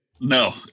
No